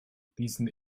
diesen